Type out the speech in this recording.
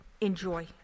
enjoy